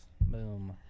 boom